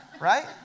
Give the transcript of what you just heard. right